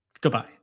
Goodbye